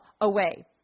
away